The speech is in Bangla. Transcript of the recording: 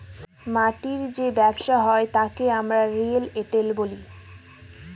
মাটির যে ব্যবসা হয় তাকে আমরা রিয়েল এস্টেট বলি